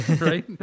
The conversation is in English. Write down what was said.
right